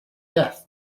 death